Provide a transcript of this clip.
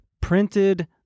printed